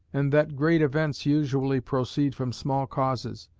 and that great events usually proceed from small causes,